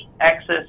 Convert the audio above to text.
access